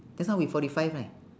just now we forty five right